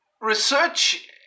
research